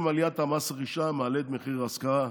עליית מס הרכישה מעלה את מחיר ההשכרה,